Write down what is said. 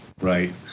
right